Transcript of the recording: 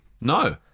No